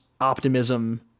optimism